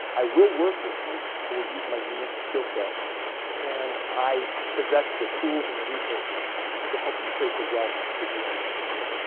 i will work with you. i will use my unique skill sets and i possess the tools and the resources to help you create the wealth that you are looking for.